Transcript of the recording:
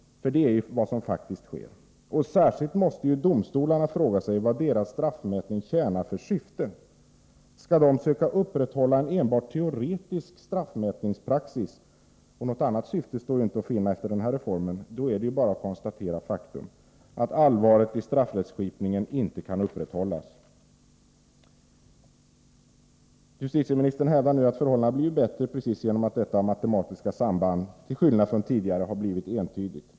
För det är vad som faktiskt sker. Särskilt måste domstolarna fråga sig vad deras straffmätning tjänar för syfte. Skall de försöka upprätthålla en enbart teoretisk straffmätningspraxis? Något annat syfte står inte att finna efter denna ”reform”. Det är bara att konstatera det faktum, att allvaret i straffrättskipningen inte kan upprätthållas. Justitieministern hävdar nu att förhållandena har blivit bättre genom att detta matematiska samband, till skillnad mot tidigare, har blivit entydigt.